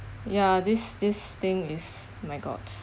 ya this this thing is my god